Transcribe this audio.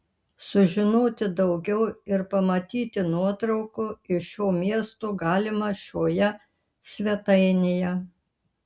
sužinoti daugiau ir pamatyti nuotraukų iš šio miesto galima šioje svetainėje